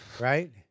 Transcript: right